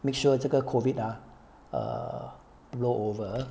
make sure 这个 COVID ah err blow over